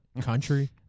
Country